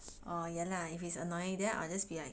oh ya lah if it's annoying then I'll just be like